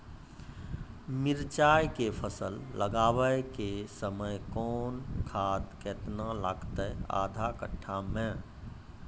मिरचाय के फसल लगाबै के समय कौन खाद केतना लागतै आधा कट्ठा मे?